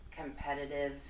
competitive